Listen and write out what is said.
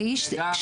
מצוין, ככה צריך.